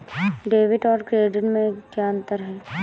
Debit और credit में क्या अंतर है?